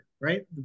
right